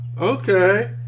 Okay